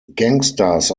gangsters